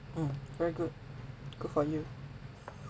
mm very good good for you